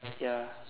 ya